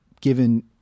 given